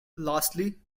lastly